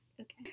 okay